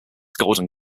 golden